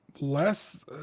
less